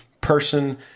person